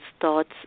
thoughts